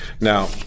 Now